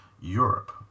Europe